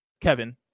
Kevin